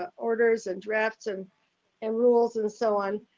ah orders and drafts and and rules and so on.